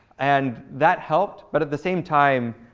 and that helped. but at the same time,